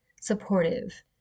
supportive